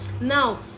now